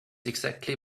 exactly